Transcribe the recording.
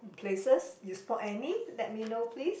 places you spot any let me know please